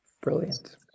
Brilliant